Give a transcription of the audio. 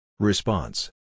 Response